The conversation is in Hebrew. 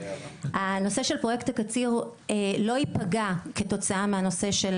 הנושא של פרויקט הקציר לא ייפגע כתוצאה מהנושא של